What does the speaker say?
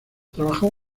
trabajó